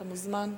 אתה מוזמן.